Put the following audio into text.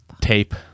Tape